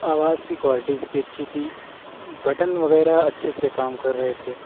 آواز کی کوالٹی اس کی اچھی تھی بٹن وغیرہ اچھے سے کام کر رہے تھے